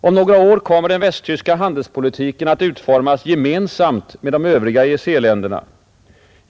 Om några år kommer den västtyska handelspolitiken att utformas gemensamt med de övriga EEC-länderna.